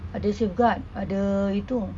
ada safe guard ada itu